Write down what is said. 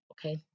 Okay